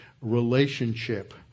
relationship